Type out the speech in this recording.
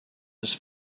his